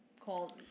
called